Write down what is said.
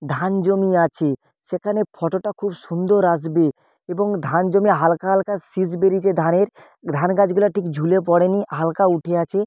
ধান জমি আছে সেখানে ফটোটা খুব সুন্দর আসবে এবং ধান জমি হালকা হালকা শিষ বেরিয়েছে ধানের ধানগাছগুলো ঠিক ঝুলে পড়েনি হালকা উঠে আছে